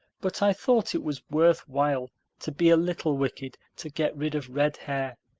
but i thought it was worth while to be a little wicked to get rid of red hair.